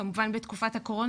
כמובן בתקופת הקורונה,